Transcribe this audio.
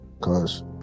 cause